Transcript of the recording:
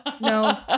No